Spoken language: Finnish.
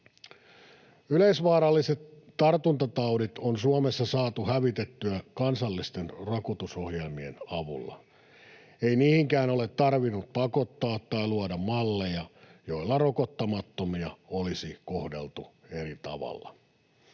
Yleisvaaralliset tartuntataudit on Suomessa saatu hävitettyä kansallisten rokotusohjelmien avulla. Ei niihinkään ole tarvinnut pakottaa tai luoda malleja, joilla rokottamattomia olisi kohdeltu eri tavalla.